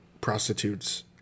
prostitutes